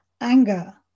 anger